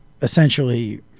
essentially